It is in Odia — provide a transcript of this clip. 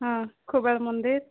ହଁ ଖୁବାଳ ମନ୍ଦିର